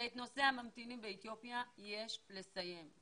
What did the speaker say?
שאת נושא הממתינים באתיופיה יש לסיים,